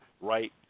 right